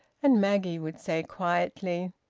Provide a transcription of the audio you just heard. and maggie would say quietly,